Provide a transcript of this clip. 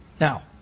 Now